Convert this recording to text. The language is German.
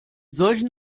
solchen